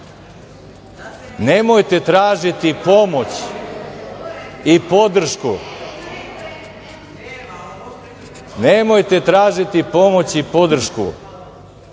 nemojte tražiti pomoć i podršku. Nemojte tražiti pomoć i podršku